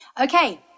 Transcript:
Okay